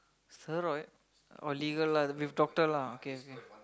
steroid oh legal lah with doctor lah okay okay